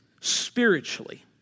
spiritually